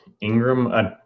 Ingram